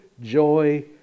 joy